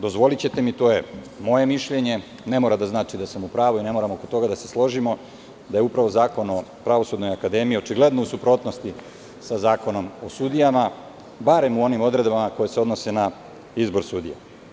Dozvolićete mi, to je moje mišljenje, ne mora da znači da sam u pravu i ne moramo oko toga da se složimo da je upravo Zakon o Pravosudnoj akademiji očigledno u suprotnosti sa Zakonom o sudijama, bar u onim odredbama koje se odnose na izbor sudija.